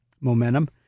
momentum